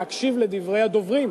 להקשיב לדברי הדוברים.